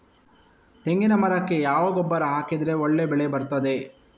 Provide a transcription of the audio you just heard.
ತೆಂಗಿನ ಮರಕ್ಕೆ ಯಾವ ಗೊಬ್ಬರ ಹಾಕಿದ್ರೆ ಒಳ್ಳೆ ಬೆಳೆ ಬರ್ತದೆ?